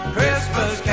Christmas